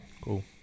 cool